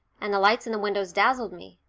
and the lights in the windows dazzled me,